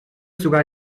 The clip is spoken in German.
sogar